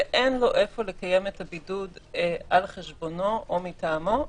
ואין לו איפה לקיים את הבידוד על חשבונו או מטעמו,